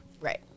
Right